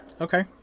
Okay